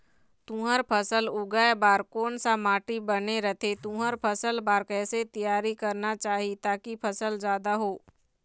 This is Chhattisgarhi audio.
तुंहर फसल उगाए बार कोन सा माटी बने रथे तुंहर फसल बार कैसे तियारी करना चाही ताकि फसल जादा हो?